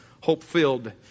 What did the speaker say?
hope-filled